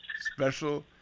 special